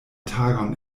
tagon